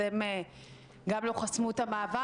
אז הם גם לא חסמו את המעבר